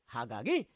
Hagagi